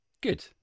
good